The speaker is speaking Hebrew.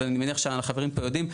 ואני מניח שהחברים פה יודעים.